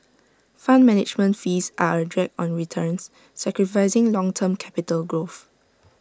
fund management fees are A drag on returns sacrificing long term capital growth